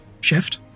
shift